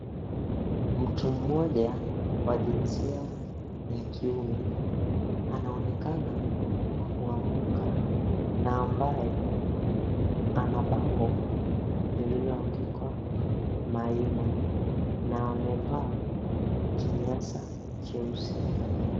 Mtu mmoja wa jinsia ya kiume anaonekana kuanguka na ambaye ana bango lililoandikwa, Maina, na amevaa kinyasa cheusi.